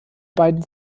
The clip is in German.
beiden